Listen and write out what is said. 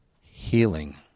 Healing